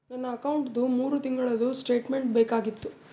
ನನ್ನ ಅಕೌಂಟ್ದು ಮೂರು ತಿಂಗಳದು ಸ್ಟೇಟ್ಮೆಂಟ್ ಬೇಕಾಗಿತ್ತು?